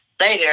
Later